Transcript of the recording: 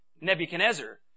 Nebuchadnezzar